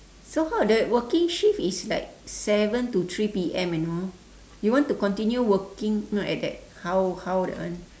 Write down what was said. so how the working shift is like seven to three P_M you know you want to continue working no at that hao hao that one